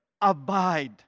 Abide